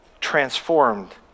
transformed